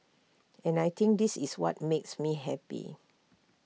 and I think this is what makes me happy